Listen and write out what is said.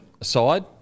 aside